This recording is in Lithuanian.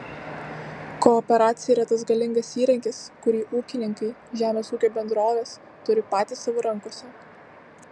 kooperacija yra tas galingas įrankis kurį ūkininkai žemės ūkio bendrovės turi patys savo rankose